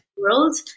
world